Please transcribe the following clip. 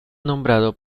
nombrado